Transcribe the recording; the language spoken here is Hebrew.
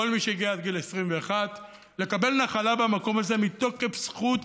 מי שהגיע עד גיל 21 לקבל נחלה במקום הזה מתוקף זכות